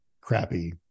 crappy